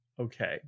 Okay